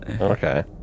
Okay